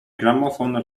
gramophone